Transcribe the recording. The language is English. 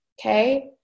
okay